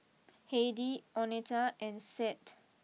Heidy Oneta and Seth